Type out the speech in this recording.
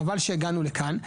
חבל שהגענו לכאן.